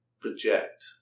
project